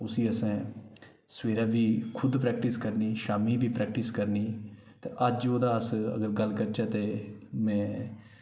उसी असें सबैह्रे बी खुद प्रैक्टिस करनी शामीं बी प्रैक्टिस करनी ते अज्ज ओह्दा अस अगर गल्ल करचै ते